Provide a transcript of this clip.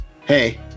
Hey